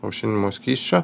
aušinimo skysčio